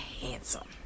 handsome